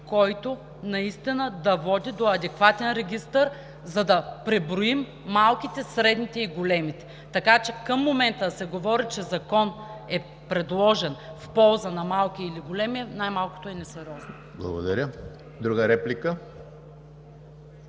който да води до адекватен регистър, за да преброим малките, средните и големите, така че към момента да се говори, че Законът е предложен в полза на малки или големи, най-малкото е несериозно. ПРЕДСЕДАТЕЛ ЕМИЛ